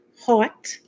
hot